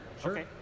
sure